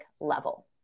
level